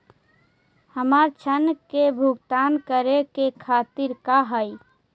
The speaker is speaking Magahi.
हमर ऋण के भुगतान करे के तारीख का हई?